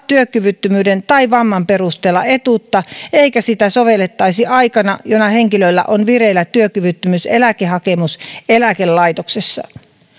työkyvyttömyyden tai vamman perusteella etuutta eikä sitä sovellettaisi aikana jona henkilöllä on vireillä työkyvyttömyyseläkehakemus eläkelaitoksessa